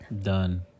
done